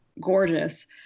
gorgeous